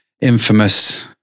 infamous